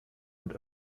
und